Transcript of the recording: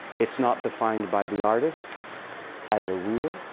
it's not defined by the artist as a rule.